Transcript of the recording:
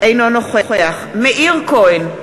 אינו נוכח מאיר כהן,